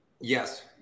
Yes